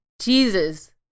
Jesus